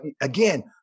again